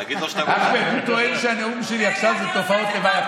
אחמד, הוא טוען שהנאום שלי עכשיו זה תופעות לוואי.